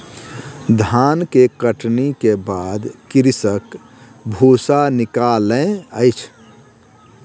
धान के कटनी के बाद कृषक भूसा निकालै अछि